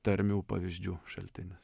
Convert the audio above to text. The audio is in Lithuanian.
tarmių pavyzdžių šaltinis